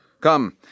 Come